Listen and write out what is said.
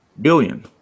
billion